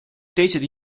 teised